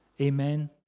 Amen